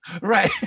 Right